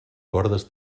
cordes